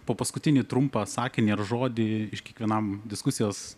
po paskutinį trumpą sakinį ar žodį iš kiekvienam diskusijos